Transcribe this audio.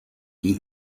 die